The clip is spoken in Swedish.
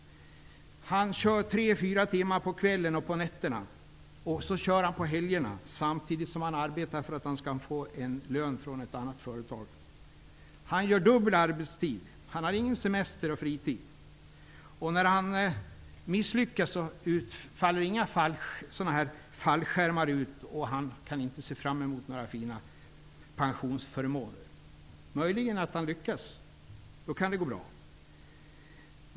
Han kanske jobbar tre fyra timmar på kvällar och nätter. Dessutom jobbar han på helgerna, samtidigt som han arbetar för att få lön från ett annat företag. Han har dubbel arbetstid. Han har ingen semester eller fritid. När han misslyckas faller inga fallskärmar ut, och han kan inte se fram emot några fina pensionsförmåner. Möjligen lyckas han. Då kan det gå bra.